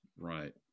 Right